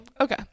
Okay